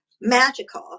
magical